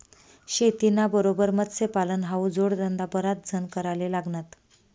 शेतीना बरोबर मत्स्यपालन हावू जोडधंदा बराच जण कराले लागनात